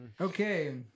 Okay